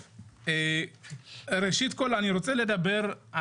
הזו, אבל